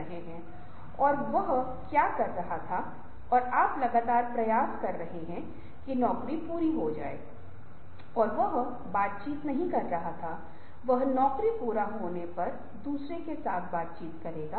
संगठन आज कैसे मौजूद हो सकता है लेकिन यह रचनात्मकता और नवीनीकरण के लिए खुला नहीं है और परिवर्तन के लिए तैयार है क्या